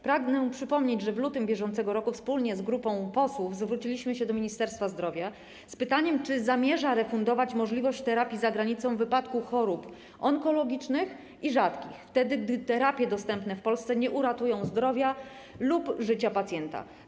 Pragnę przypomnieć, że w lutym br. wspólnie z grupą posłów zwróciliśmy się do Ministerstwa Zdrowia z pytaniem, czy zamierza refundować możliwość terapii za granicą w przypadku chorób onkologicznych i rzadkich, gdy terapie dostępne w Polsce nie uratują zdrowia lub życia pacjenta.